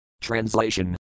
Translation